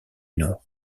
nord